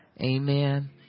Amen